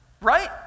right